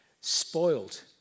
spoiled